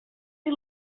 ser